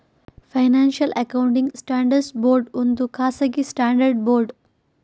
financial accounting standards board ಒಂದು ಖಾಸಗಿ standard board